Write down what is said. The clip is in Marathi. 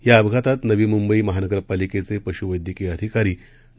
या अपघातात नवी मुंबई महानगरपालिकेचे पशुढैद्यकीय अधिकारी डॉ